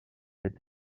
est